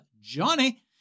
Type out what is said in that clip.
Johnny